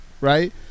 right